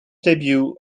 debut